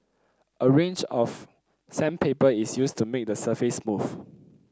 a range of sandpaper is used to make the surface smooth